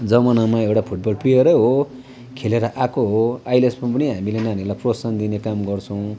जमानामा एउटा फुटबल प्लेयरै हो खेलेर आएको हो अहिलेसम्म पनि हामीले नानीहरूलाई प्रोत्साहन दिने काम गर्छौँ